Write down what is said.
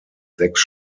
sechs